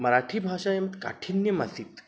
मराठीभाषायां काठिन्यम् आसीत्